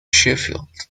sheffield